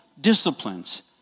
disciplines